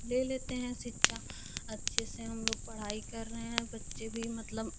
ले लेते हैं शिक्षा अच्छे से हम लोग पढ़ाई कर रहे हैं बच्चे भी मतलब